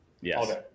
Yes